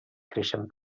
creixen